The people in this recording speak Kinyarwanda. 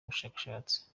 bushakashatsi